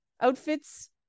outfits